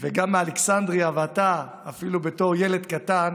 וגם מאלכסנדרייה, ואתה, אפילו בתור ילד קטן,